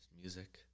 music